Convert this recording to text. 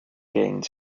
gained